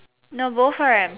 no both are empty